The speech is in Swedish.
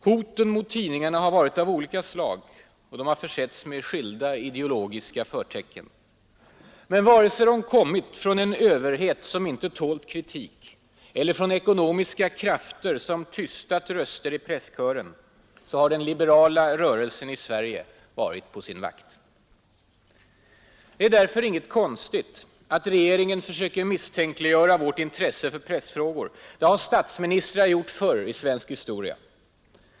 Hoten mot tidningarna har varit av olika slag och försetts med skilda ideologiska förtecken. Men vare sig de kommit från en överhet som inte tålt kritik eller från ekonomiska krafter som tystat röster i presskören har den liberala rörelsen i Sverige varit på sin vakt. Det är därför inget konstigt att regeringen försöker misstänkliggöra vårt intresse för pressfrågor; det har statsministrar gjort förr i svensk historia.